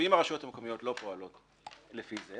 ואם הרשויות המקומיות לא פועלות לפי זה,